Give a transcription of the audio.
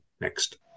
next